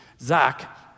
Zach